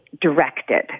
directed